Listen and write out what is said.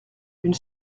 une